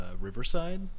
Riverside